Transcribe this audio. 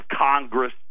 Congress